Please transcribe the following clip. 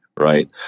right